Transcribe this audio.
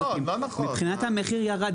מבחינת המחיר ירד.